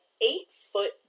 eight-foot